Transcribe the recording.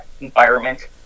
environment